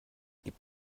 gibt